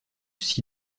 s’y